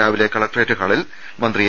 രാവിലെ കലക്ട്രേറ്റ്ഹാളിൽ മന്ത്രി എ